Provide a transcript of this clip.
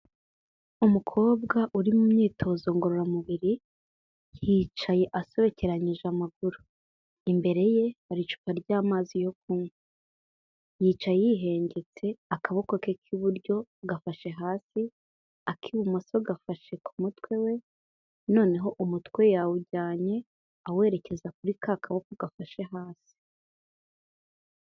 Umukobwa uri mu myitozo ngororamubiri, yicaye asobekeranyije amaguru, imbere ye hari icupa ry'amazi yo kunywa, yicaye yihengetse akaboko ke k'iburyo gafashe hasi ak'ibumoso gafashe ku mutwe we, noneho umutwe yawujyanye awerekeza kuri ka kaboko gafashe hasi.